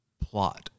plot